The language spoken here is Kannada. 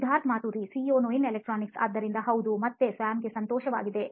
ಸಿದ್ಧಾರ್ಥ್ ಮಾತುರಿ ಸಿಇಒ ನೋಯಿನ್ ಎಲೆಕ್ಟ್ರಾನಿಕ್ಸ್ ಆದ್ದರಿಂದ ಹೌದು ಮತ್ತೆ ಸ್ಯಾಮ್ಗೆ ಸಂತೋಷವಾಗಿದೆ